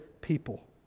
people